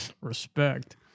Respect